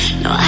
no